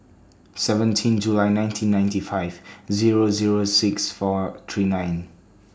seventeen July nineteen ninety five Zero Zero six four three nine